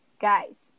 guys